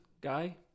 guy